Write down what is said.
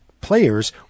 players